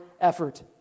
effort